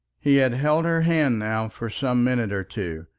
he had held her hand now for some minute or two,